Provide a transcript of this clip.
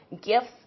gifts